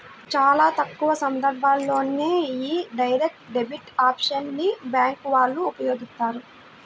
చాలా తక్కువ సందర్భాల్లోనే యీ డైరెక్ట్ డెబిట్ ఆప్షన్ ని బ్యేంకు వాళ్ళు ఉపయోగిత్తారు